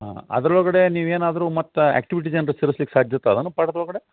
ಹಾಂ ಅದರೊಳಗಡೆ ನೀವು ಏನಾದರು ಮತ್ತೆ ಆ್ಯಕ್ಟಿವಿಟಿಸ್ ಏನಾರು ಸೇರಿಸ್ಲಿಕ್ಕೆ ಸಾಧ್ಯಿರ್ತಾವೇನು ಪಾಠದೊಳಗಡೆ